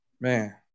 man